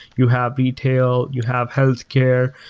you have retail, you have healthcare.